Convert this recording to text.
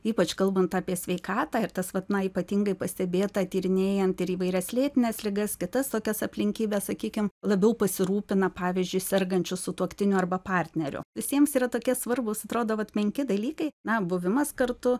ypač kalbant apie sveikatą ir tas vat na ypatingai pastebėta tyrinėjant ir įvairias lėtines ligas kitas tokias aplinkybes sakykim labiau pasirūpina pavyzdžiui sergančiu sutuoktiniu arba partneriu visiems yra tokie svarbūs atrodo vat menki dalykai na buvimas kartu